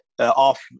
off